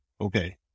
Okay